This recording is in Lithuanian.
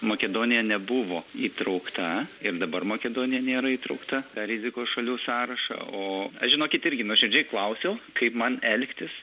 makedonija nebuvo įtraukta ir dabar makedonija nėra įtraukta tą rizikos šalių sąrašą o aš žinokit irgi nuoširdžiai klausiau kaip man elgtis